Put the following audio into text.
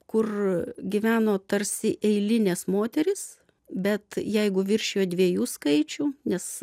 kur gyveno tarsi eilinės moterys bet jeigu viršijo dviejų skaičių nes